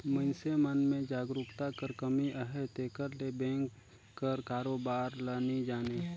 मइनसे मन में जागरूकता कर कमी अहे तेकर ले बेंक कर कारोबार ल नी जानें